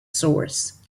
source